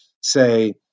say